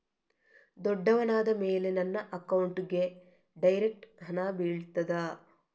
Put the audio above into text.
ದೊಡ್ಡವನಾದ ಮೇಲೆ ನನ್ನ ಅಕೌಂಟ್ಗೆ ಡೈರೆಕ್ಟ್ ಹಣ ಬೀಳ್ತದಾ?